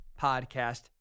podcast